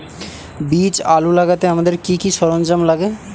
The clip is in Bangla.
বীজ আলু লাগাতে আমাদের কি কি সরঞ্জাম লাগে?